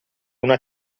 una